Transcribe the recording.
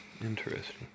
Interesting